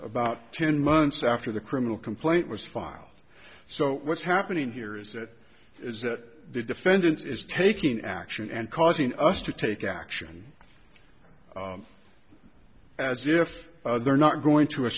about ten months after the criminal complaint was filed so what's happening here is that is that the defendants is taking action and causing us to take action as if they're not going to a